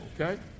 Okay